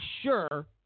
sure